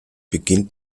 beginnt